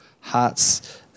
hearts